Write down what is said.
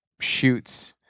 shoots